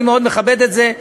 אני מאוד מכבד את זה,